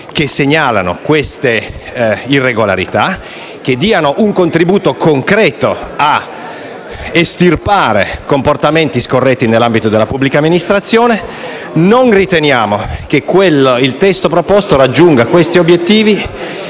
che segnalano tali irregolarità, dando un contributo concreto a estirpare comportamenti scorretti nell'ambito della pubblica amministrazione, vadano tutelati. Non crediamo, però, che il testo proposto raggiunga questi obiettivi,